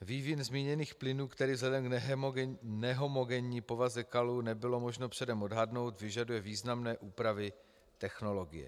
Vývin zmíněných plynů, který vzhledem k nehomogenní povaze kalů nebylo možno předem odhadnout, vyžaduje významné úpravy technologie.